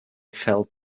fell